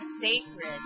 sacred